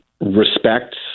respects